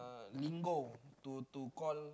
lingo to to call